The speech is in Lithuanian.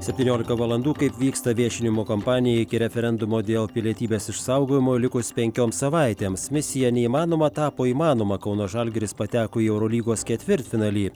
septyniolika valandų kaip vyksta viešinimo kampanija iki referendumo dėl pilietybės išsaugojimo likus penkioms savaitėms misija neįmanoma tapo įmanoma kauno žalgiris pateko į eurolygos ketvirtfinalį